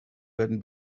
werden